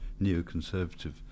neoconservative